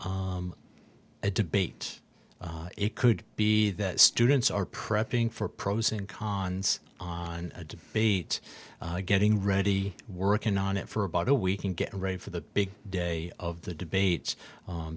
a debate it could be that students are prepping for pros and cons on a debate getting ready working on it for about a week and get ready for the big day of the debate